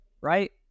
right